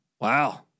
Wow